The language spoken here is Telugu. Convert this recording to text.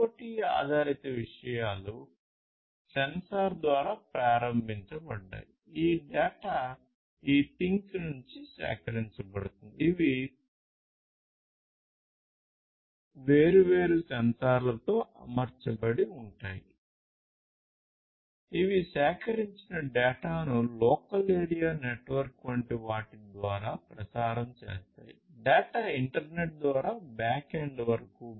IoT ఆధారిత విషయాలు సెన్సార్ ద్వారా ప్రారంభించబడ్డాయి ఈ డేటా ఈ things నుండి సేకరించబడుతుంది ఇవి వేర్వేరు సెన్సార్లతో అమర్చబడి ఉంటాయి ఇవి సేకరించిన డేటాను లోకల్ ఏరియా నెట్వర్క్ వంటి వాటి ద్వారా ప్రసారం చేస్తాయి డేటా ఇంటర్నెట్ ద్వారా బ్యాక్ ఎండ్ వరకు